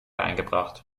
eingebracht